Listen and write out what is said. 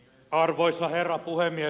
arvoisa herra puhemies